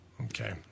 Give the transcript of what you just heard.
Okay